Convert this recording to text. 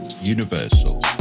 universal